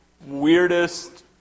weirdest